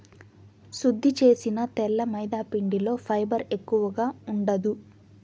శుద్ది చేసిన తెల్ల మైదాపిండిలో ఫైబర్ ఎక్కువగా ఉండదు